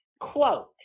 quote